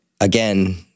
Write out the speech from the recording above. again